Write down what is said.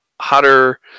hotter